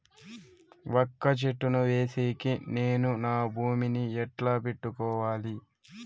వక్క చెట్టును వేసేకి నేను నా భూమి ని ఎట్లా పెట్టుకోవాలి?